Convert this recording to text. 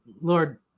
Lord